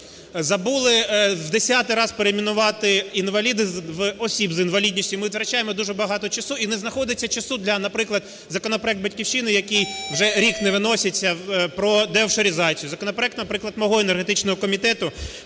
Забули в десятий раз перейменувати "інваліди" в "осіб з інвалідністю". Ми витрачаємо дуже багато часу і не знаходиться часу для, наприклад, законопроекту "Батьківщини", який вже рік не виноситься, про деофшоризацію; законопроект, наприклад, мого енергетичного комітету